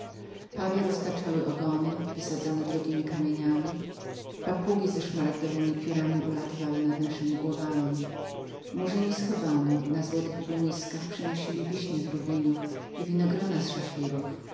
pawie roztaczały ogony wysadzane drogiemi kamieniami papugi z szmaragdowemi piórami ulatywały nad naszemi głowami murzyni z hebanu na złotych półmiskach przynosili nam wiśnie z rubinów i winogrona z szafirów